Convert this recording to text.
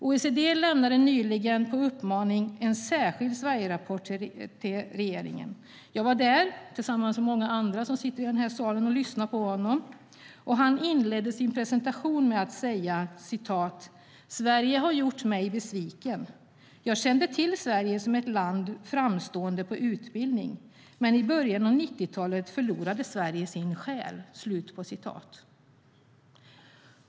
OECD lämnade nyligen på uppmaning en särskild Sverigerapport till regeringen. Jag var där, tillsammans med många andra som sitter i den här salen, och lyssnade på honom. Han inledde sin presentation med att säga att Sverige har gjort honom besviken. Han kände till Sverige som ett land framstående på utbildningsområdet, men i början av 90-talet förlorade Sverige sin själ.